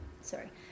Sorry